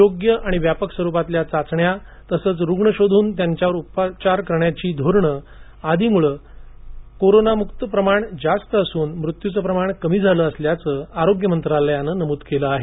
योग्य आणि व्यापक स्वरूपातल्या चाचण्या तसंच रुग्ण शोधून त्यांच्यावर उपचार करण्याचं धोरण आदी गोष्टींमुळे कोरोनामुक्तीचं प्रमाण जास्त असून मृत्यूचं प्रमाण कमी झालं असल्याचं आरोग्य मंत्रालयानं नमूद केलं आहे